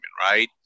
right